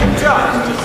לא נמצא.